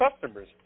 customers